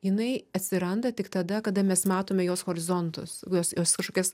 jinai atsiranda tik tada kada mes matome jos horizontus jos jos kažkokias